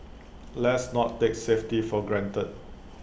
let's not take safety for granted